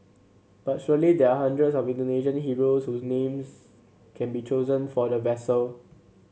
but surely there are hundreds of Indonesian heroes whose names can be chosen for the vessel